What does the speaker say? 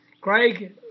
Craig